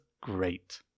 great